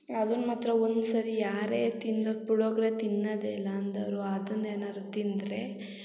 ಅದನ್ನ ಮಾತ್ರ ಒಂದ್ಸರ್ತಿ ಯಾರೇ ತಿಂದರೂ ಪುಳ್ಯೋಗ್ರೆ ತಿನ್ನದೆ ಇಲ್ಲ ಅಂದೋರು ಅದನ್ನ ಏನಾರು ತಿಂದರೆ